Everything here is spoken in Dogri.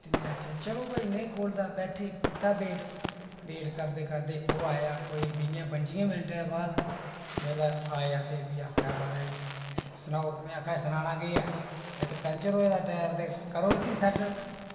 ते में आखेआ चलो जेल्लै खोह्लदा बैठे कीता वेट वेट करदे करदे कोई बीहे पंजियें मिंटें दे बाद जेल्लै आया ते में आखेआ महाराज सनाओ में आखेआ सनाना केह् ऐ टैर पैंचर होए दा ऐ करो इसी सैट्ट